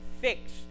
fix